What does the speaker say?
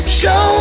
show